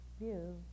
view